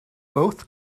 both